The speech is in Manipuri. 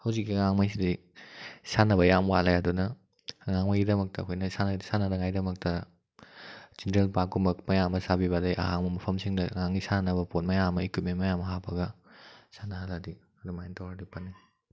ꯍꯧꯖꯤꯛꯀꯤ ꯑꯉꯥꯡꯈꯩꯁꯤꯗꯤ ꯁꯥꯟꯅꯕ ꯌꯥꯝ ꯋꯥꯠꯂꯦ ꯑꯗꯨꯅ ꯑꯉꯥꯡ ꯃꯣꯏꯒꯤꯗꯃꯛꯇ ꯑꯩꯈꯣꯏꯅ ꯁꯥꯟꯅꯅꯉꯥꯏꯗꯃꯛꯇ ꯆꯤꯜꯗ꯭ꯔꯦꯟ ꯄꯥꯛꯀꯨꯝꯕ ꯃꯌꯥꯝ ꯑꯃ ꯁꯥꯕꯤꯕ ꯑꯗꯩ ꯑꯍꯥꯡꯕ ꯃꯐꯝꯁꯤꯡꯗ ꯑꯉꯥꯡꯒꯤ ꯁꯥꯟꯅꯅꯕ ꯄꯣꯠ ꯃꯌꯥꯝ ꯑꯃ ꯏꯀ꯭ꯌꯤꯞꯃꯦꯟ ꯃꯌꯥꯝ ꯍꯥꯞꯄꯒ ꯁꯥꯟꯅꯍꯜꯂꯗꯤ ꯑꯗꯨꯃꯥꯏꯅ ꯇꯧꯔꯗꯤ ꯐꯅꯤ